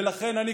ולכן אני,